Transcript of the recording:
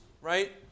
right